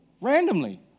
randomly